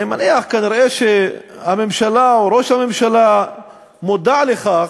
אני מניח שכנראה הממשלה או, ראש הממשלה מודע לכך